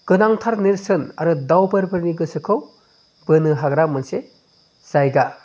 गोनांथार नेरसोन आरो दावबायारिफोरनि गोसोखौ बोनो हाग्रा मोनसे जायगा